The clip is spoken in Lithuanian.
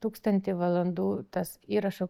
tūkstantį valandų tas įrašo